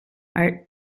are